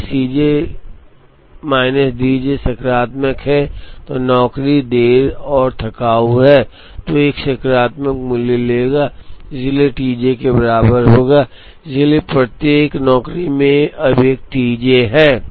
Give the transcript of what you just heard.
यदि C J minus D J सकारात्मक है तो नौकरी देर से और थकाऊ है तो यह एक सकारात्मक मूल्य लेगा और इसलिए टी जे के बराबर होगा इसलिए प्रत्येक नौकरी में अब एक टी जे है